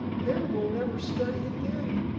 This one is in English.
there we'll never study again.